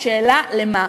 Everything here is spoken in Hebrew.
השאלה למה.